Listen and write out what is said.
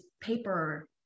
paper